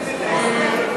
נתקבלה.